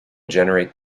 generate